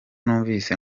numvise